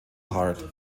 hart